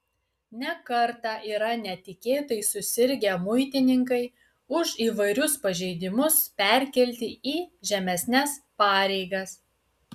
ne kartą yra netikėtai susirgę muitininkai už įvairius pažeidimus perkelti į žemesnes pareigas